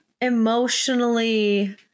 emotionally